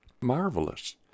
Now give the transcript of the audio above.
Marvelous